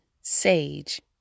sage